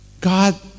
God